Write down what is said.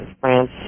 France